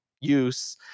use